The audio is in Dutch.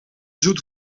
zoet